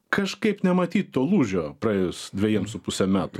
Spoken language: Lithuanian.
kažkaip nematyt to lūžio praėjus dvejiems su puse metų